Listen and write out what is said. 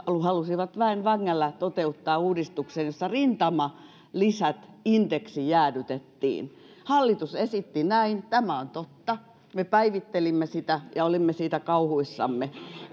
halusivat väen vängällä toteuttaa uudistuksen jossa rintamalisät indeksijäädytettiin hallitus esitti näin tämä on totta me päivittelimme sitä ja olimme siitä kauhuissamme